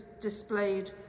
displayed